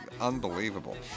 unbelievable